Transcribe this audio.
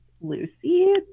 Lucy